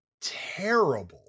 terrible